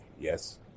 Yes